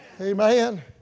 Amen